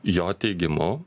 jo teigimu